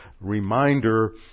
reminder